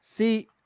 See